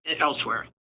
elsewhere